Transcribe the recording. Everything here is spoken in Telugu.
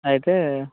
అయితే